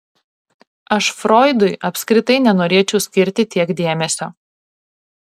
aš froidui apskritai nenorėčiau skirti tiek dėmesio